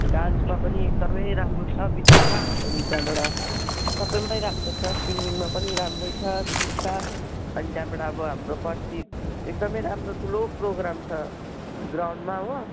डान्समा पनि एकदमै राम्रो छ बितिसा अनि त्यहाँबाट सबैमै राम्रो छ सिङ्गिङमा पनि राम्रै छ बितिसा अनि त्यहाँबाट अब हाम्रो पर्सि एकदमै राम्रो ठुलो प्रोग्राम छ ग्राउन्डमा हो